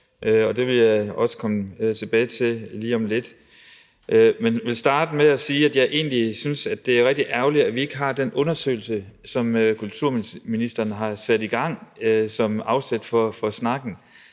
det vil jeg også komme tilbage til lige om lidt. Men jeg vil starte med at sige, at jeg egentlig synes, at det er rigtig ærgerligt, at vi ikke har den undersøgelse, som kulturministeren har sat i gang, som afsæt for snakken.